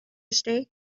stay